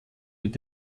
mit